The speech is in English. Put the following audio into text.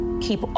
keep